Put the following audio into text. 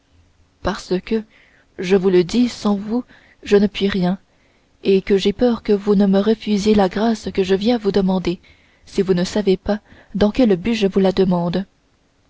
parce que je vous le dis sans vous je ne puis rien et que j'ai peur que vous ne me refusiez la grâce que je viens vous demander si vous ne savez pas dans quel but je vous la demande